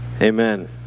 Amen